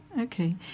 Okay